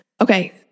Okay